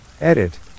Edit